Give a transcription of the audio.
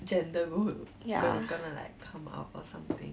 gender would gonna like come out or something